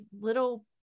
little